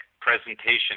presentation